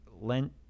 lent